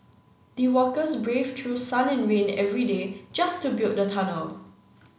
the workers braved through sun and rain every day just to build the tunnel